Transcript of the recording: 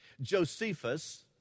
Josephus